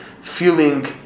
feeling